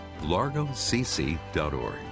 largocc.org